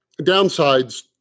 downsides